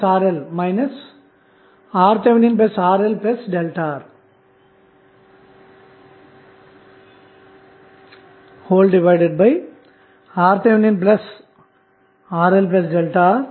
Rth కనుక్కోవటానికి voltage source ని short circuit చేస్తే ఈ విధంగా సర్క్యూట్ లభిస్తుంది